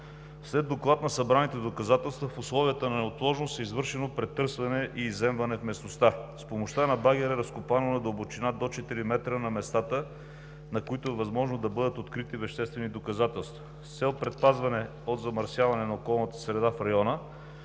След доклад на събраните доказателства, в условията на неотложност е извършено претърсване и изземване в местността. С помощта на багер е разкопано на дълбочина до 4 метра на местата, на които е възможно да бъдат открити веществени доказателства. С цел предпазване от замърсяване на околната среда в района